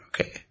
Okay